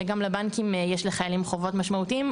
שגם לבנקים יש לחיילים חובות משמעותיים,